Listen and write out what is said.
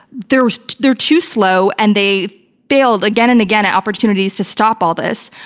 they're they're too slow, and they build again and again opportunities to stop all this.